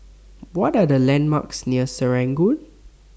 What Are The landmarks near Serangoon